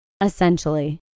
essentially